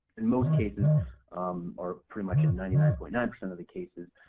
in most cases or pretty much in ninety nine point nine of the cases,